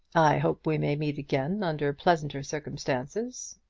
i hope we may meet again under pleasanter circumstances,